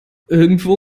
irgendwo